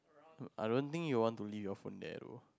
I don't think you want to leave you food there lor